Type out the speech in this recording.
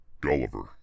Gulliver